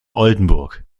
oldenburg